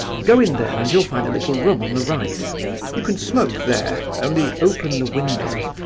go in there and you'll find a little room on the right you can smoke there, only open the window,